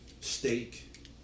steak